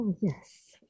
yes